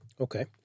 Okay